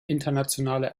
internationale